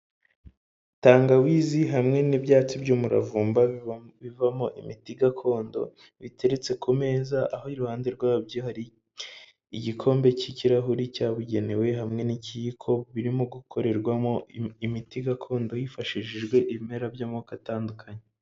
Tangawizi hamwe n'ibyatsi by'umuravumba bivamo imiti gakondo biteretse ku meza aho iruhande rwabyo hari igikombe cy'ikirahure cyabugenewe hamwe n'ikiyiko birimo gukorerwamo imiti gakondo hifashishijwe ibimera by'amoko atandukanye.